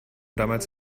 damals